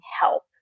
help